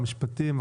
משפטים,